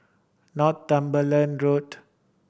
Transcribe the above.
Northumberland Road